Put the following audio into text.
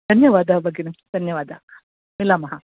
धन्यवादः भगिनी धन्यवादः मिलामः